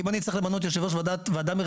כי אם אני אצטרך למנות יושב ראש וועדה מרחבית,